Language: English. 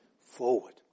forward